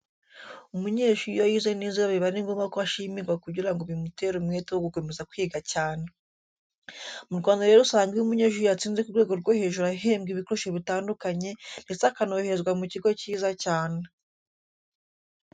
Umunyeshuri iyo yize neza biba ari ngombwa ko ashimirwa kugira ngo bimutere umwete wo gukomeza kwiga cyane. Mu Rwanda rero usanga iyo umunyeshuri yatsinze ku rwego rwo hejuru ahembwa ibikoresho bitandukanye ndetse akonoherezwa mu kigo cyiza cyane.